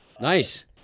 Nice